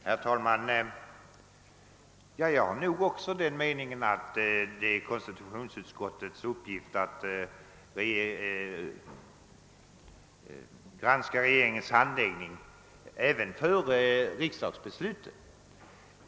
Herr talman! Jag har också den uppfattningen att det är konstitutionsutskottets uppgift att granska regeringens handläggning av ärenden även före riksdagsbesluten.